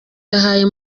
yahaye